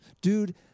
dude